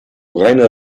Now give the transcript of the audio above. reiner